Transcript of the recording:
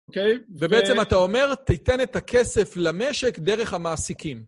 אוקיי, ו... ובעצם אתה אומר, תיתן את הכסף למשק דרך המעסיקים.